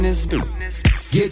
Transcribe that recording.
Get